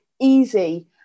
easy